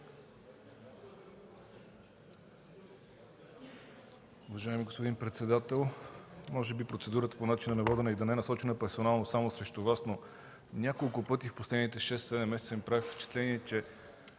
Уважаеми господин председател, може би процедурата по начина на водене да не е насочена персонално само срещу Вас, но няколко пъти в последните шест-седем месеца ми прави впечатление, че